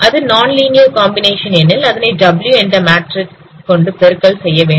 அது nonlinear combination எனில் அதனை w என்ற மேட்ரிக்ஸ் கொண்டு பெருக்கல் செய்யவேண்டும்